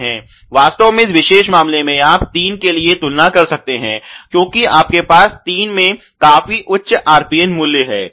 वास्तव में इस विशेष मामले में आप तीन के लिए तुलना कर सकते हैं क्योंकि आपके पास तीन में काफी उच्च RPN मूल्य है